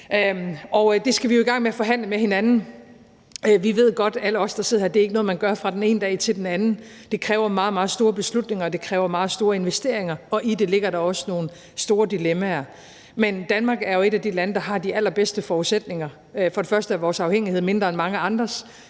Det skal vi jo i gang med at forhandle med hinanden. Vi ved godt – alle os, der sidder her – at det ikke er noget, man gør fra den ene dag til den anden. Det kræver meget, meget store beslutninger, og det kræver meget store investeringer, og i det ligger der også nogle store dilemmaer, men Danmark er jo et af de lande, der har de allerbedste forudsætninger. Først og fremmest er vores afhængighed mindre end mange andres,